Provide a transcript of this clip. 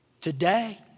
Today